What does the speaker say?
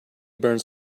burns